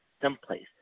someplace